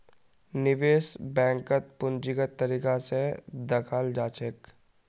निवेश बैंकक पूंजीगत तरीका स दखाल जा छेक